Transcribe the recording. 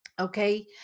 Okay